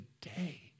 day